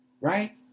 right